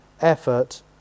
effort